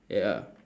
ya